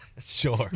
Sure